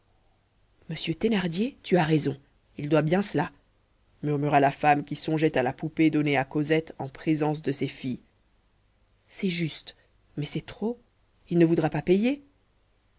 monsieur thénardier tu as raison il doit bien cela murmura la femme qui songeait à la poupée donnée à cosette en présence de ses filles c'est juste mais c'est trop il ne voudra pas payer